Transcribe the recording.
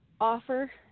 offer